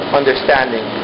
understanding